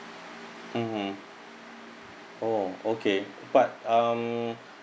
mmhmm oh okay but um